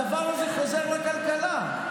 הדבר הזה חוזר לכלכלה,